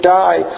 die